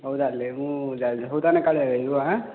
ହଉ ତାହେଲେ ମୁଁ